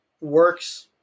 works